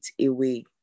away